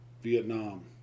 Vietnam